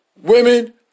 Women